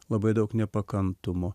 labai daug nepakantumo